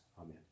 amen